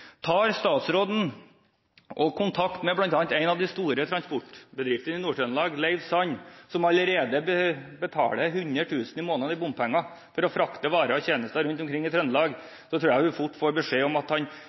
tar kontakt med en av de store transportbedriftene i Nord-Trøndelag, Leiv Sand, som allerede betaler 100 000 kr i måneden i bompenger for å frakte varer og tjenester rundt omkring i Trøndelag, tror jeg hun fort får beskjed om at